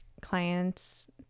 clients